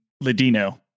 Ladino